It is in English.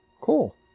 Cool